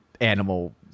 animal